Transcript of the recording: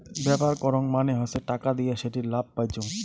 ব্যাপার করং মানে হসে টাকা দিয়া সেটির লাভ পাইচুঙ